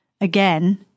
again